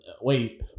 Wait